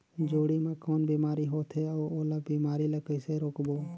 जोणी मा कौन बीमारी होथे अउ ओला बीमारी ला कइसे रोकबो?